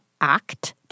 act